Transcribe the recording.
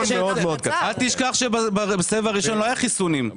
אל תשכח שבסבב הראשון לא היו חיסונים.